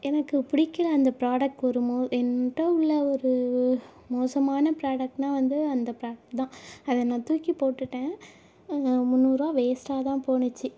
எனக்குப் பிடிக்கல அந்த ப்ராடக்ட் ஒரு மோ என்கிட்ட உள்ள ஒரு மோசமான ப்ராடக்ட்ன்னா வந்து அந்த ப்ராடக்ட் தான் அதை நான் துாக்கிப் போட்டுவிட்டேன் முந்நூறுரூவா வேஸ்ட்டாகதான் போணுச்சு